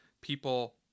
people